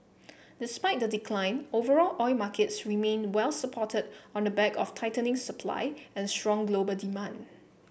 despite the decline overall oil markets remained well supported on the back of tightening supply and strong global demand